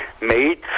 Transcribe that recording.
made